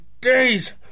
days